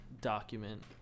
document